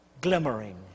glimmering